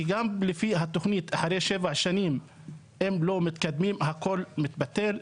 כי גם לפי התוכנית אחרי שבע שנים אם לא מתקדמים הכל מתבטל,